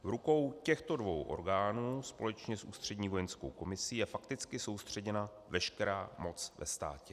V rukou těchto dvou orgánů společně s Ústřední vojenskou komisí je fakticky soustředěna veškerá moc ve státě.